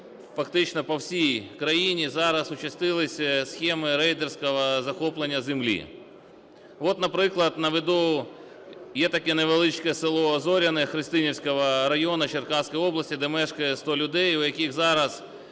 фактично по всій країні зараз участилися схеми рейдерського захоплення землі. От, наприклад, наведу, є таке невеличке село Зоряне Христинівського району Черкаської області, де мешкає 100 людей, у яких зараз